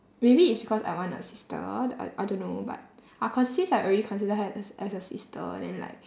maybe it's because I want a sister th~ I I don't know but I consis~ like already consider her as as a sister then like